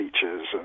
features